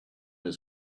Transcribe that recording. his